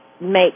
make